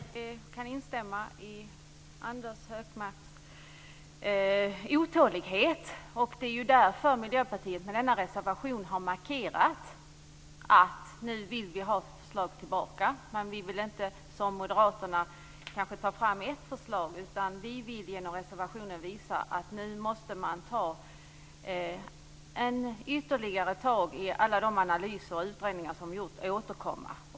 Herr talman! Jag kan instämma i Anders G Högmarks otålighet. Det är därför som Miljöpartiet med denna reservation har markerat att vi nu vill att regeringen lägger fram förslag. Men vi vill inte som Moderaterna att det tas fram ett förslag, utan vi vill genom reservationen visa att regeringen nu måste ta ytterligare tag i alla de analyser och utredningar som har gjorts och återkomma.